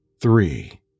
three